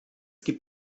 gibt